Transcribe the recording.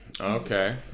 Okay